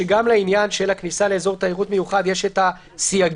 שגם לעניין של הכניסה לאזור תיירות מיוחד יש את הסייגים